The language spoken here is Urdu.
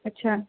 اچھا